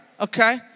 okay